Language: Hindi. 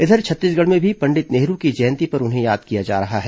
इधर छत्तीसगढ़ में भी पंडित नेहरू की जयंती पर उन्हें याद किया जा रहा है